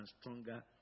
stronger